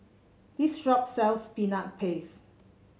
this shop sells Peanut Paste